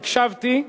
הקשבתי,